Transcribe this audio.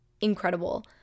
incredible